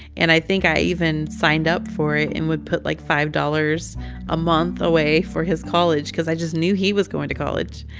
and i think i even signed up for it and would put like five dollars a month away for his college because i just knew he was going to college,